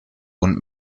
und